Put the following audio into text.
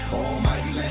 almighty